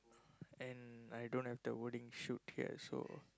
and I don't have the wording shoot here so